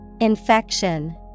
Infection